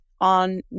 on